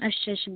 अच्छा अच्छा